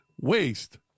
Waste